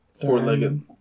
four-legged